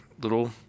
little